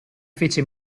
fece